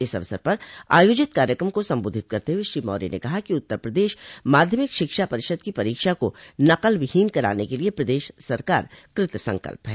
इस अवसर पर आयोजित कार्यक्रम को संबोधित करते हुए श्री मौर्य ने कहा कि उत्तर प्रदेश माध्यमिक शिक्षा परिषद की परीक्षा को नकलविहीन कराने के लिये प्रदेश सरकार कृत संकल्प है